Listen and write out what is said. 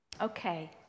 Okay